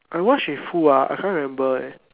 I watch with who ah I can't remember eh